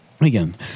again